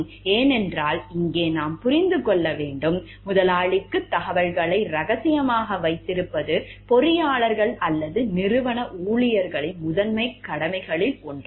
ஏனென்றால் இங்கே நாம் புரிந்து கொள்ள வேண்டும் முதலாளிக்கு தகவல்களை ரகசியமாக வைத்திருப்பது பொறியாளர்கள் அல்லது நிறுவன ஊழியர்களின் முதன்மைக் கடமைகளில் ஒன்றாகும்